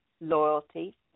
loyalty